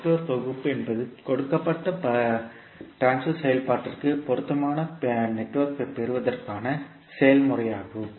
network தொகுப்பு என்பது கொடுக்கப்பட்ட பரிமாற்ற செயல்பாட்டிற்கு பொருத்தமான பிணையத்தைப் பெறுவதற்கான செயல்முறையாகும்